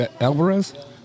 Alvarez